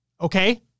Okay